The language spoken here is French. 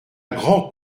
grand